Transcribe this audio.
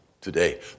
today